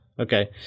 okay